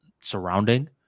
surrounding